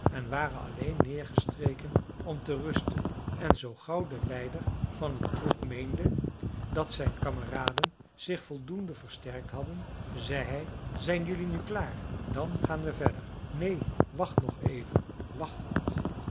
en waren alleen neergestreken om te rusten en zoo gauw de leider van een troep meende dat zijn kameraden zich voldoende versterkt hadden zei hij zijn jelui nu klaar dan gaan we verder neen wacht nog even wacht wat